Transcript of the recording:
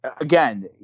again